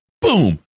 boom